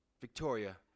Victoria